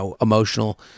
emotional